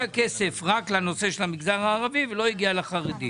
כסף רק לנושא של המגזר הערבי ולא הגיע לחרדי.